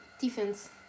defense